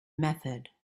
method